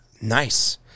Nice